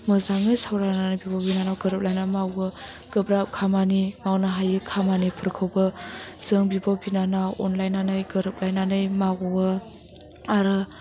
मोजाङैनो सावरायलायना बिब' बिनानाव गोरोबलायनानै मावो गोब्राब खामानि मावनो हायि खामानिफोरखौबो जों बिब' बिनानाव अनलायनानै गोरोलायनानै मावो आरो